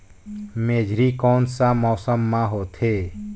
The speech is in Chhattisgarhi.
मेझरी कोन सा मौसम मां होथे?